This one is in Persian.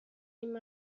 این